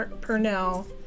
Purnell